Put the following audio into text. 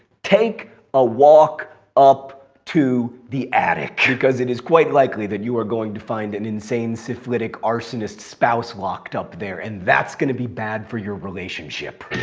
take a walk up to the attic. because it is quite likely that you are going to find an insane syphilitic arsonist spouse locked up there. and that's going to be bad for your relationship.